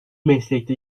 mesleki